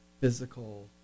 physical